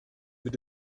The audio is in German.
mit